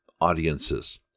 audiences